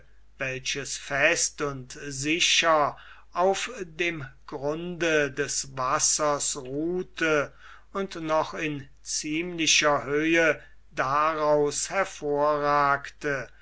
welches fest und sicher auf dem grunde des wassers ruhte und noch in ziemlicher höhe daraus hervorragte